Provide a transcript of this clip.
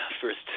first